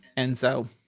and so,